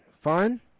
fun